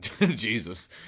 Jesus